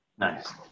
Nice